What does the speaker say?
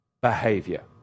behavior